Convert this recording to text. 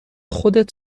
خودت